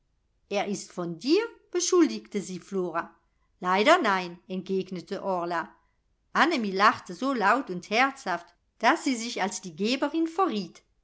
er ist von dir beschuldigte sie flora leider nein entgegnete orla annemie lachte so laut und herzhaft daß sie sich als die geberin verriet